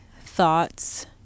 thoughts